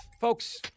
Folks